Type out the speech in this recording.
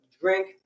drink